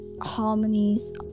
harmonies